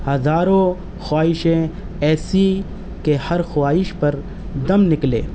ہزاروں خواہشیں ایسی کہ ہر خواہش پر دم نکلے